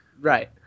Right